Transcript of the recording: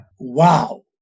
Wow